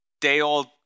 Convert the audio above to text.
day-old